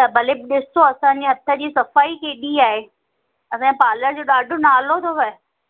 त भले ॾिसो असांजे हथ जी सफाई केॾी आहे असांजे पालर जो ॾाढो नालो अथव